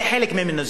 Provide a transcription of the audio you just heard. זה חלק ממנו,